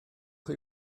chi